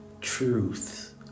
truth